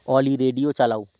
অলি radio চালাও